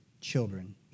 children